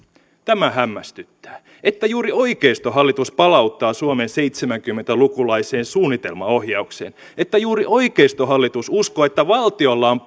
tämä hämmästyttää että juuri oikeistohallitus palauttaa suomen seitsemänkymmentä lukulaiseen suunnitelmaohjaukseen että juuri oikeistohallitus uskoo että valtiolla on